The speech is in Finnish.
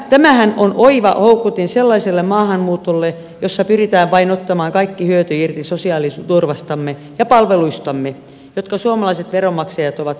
tämähän on oiva houkutin sellaiselle maahanmuutolle jossa pyritään vain ottamaan kaikki hyöty irti sosiaaliturvastamme ja palveluistamme jotka suomalaiset veronmaksajat ovat kustantaneet